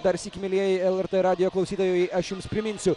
darsyk mielieji lrt radijo klausytojai aš jums priminsiu